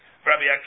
Rabbi